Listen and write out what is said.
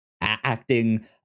acting